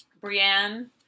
Brienne